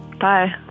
Bye